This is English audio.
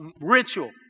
ritual